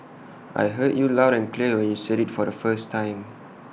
I heard you loud and clear when you said IT the first time